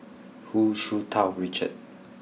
Hu Tsu Tau Richard